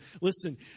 listen